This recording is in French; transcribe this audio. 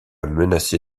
menacé